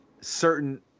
certain